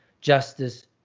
justice